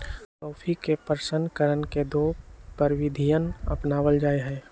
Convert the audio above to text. coffee के प्रशन करण के दो प्रविधियन अपनावल जा हई